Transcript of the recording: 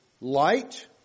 light